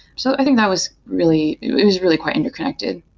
so i think that was really it was really quite interconnected.